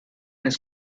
las